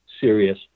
serious